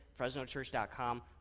FresnoChurch.com